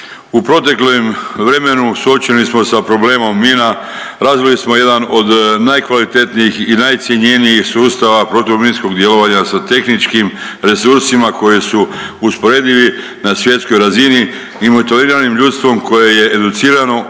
U proteklim vremenu suočeni sa problemom mina, razvili smo jedan od najkvalitetnijih i najcjenjenijih sustava protuminskog djelovanja sa tehničkim resursima koji su usporedivi na svjetskoj razini i .../Govornik se ne razumije./... ljudstvom koje je educirano,